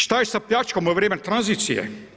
Šta je sa pljačkom u vrijeme tranzicije?